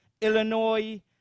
Illinois